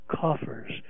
coffers